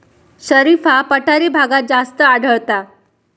शरीफा पठारी भागात जास्त आढळता